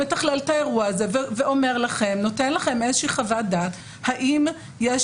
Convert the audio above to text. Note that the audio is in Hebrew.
שמתכלל את האירוע הזה ונותן לכם איזה חוות דעת האם יש